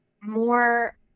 more